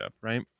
right